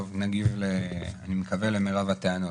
טוב, נגיב, אני מקווה למרב הטענות.